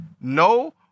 No